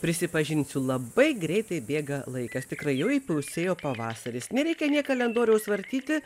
prisipažinsiu labai greitai bėga laikas tikrai jau įpusėjo pavasaris nereikia nė kalendoriaus vartyti